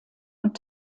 und